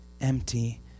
empty